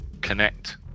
connect